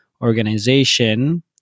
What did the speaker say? organization